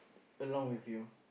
along with you